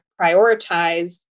prioritized